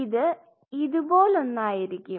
ഇത് ഇതുപോലൊന്നായിരിക്കും